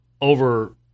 over